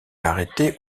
arrêtés